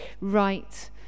right